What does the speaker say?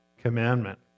commandment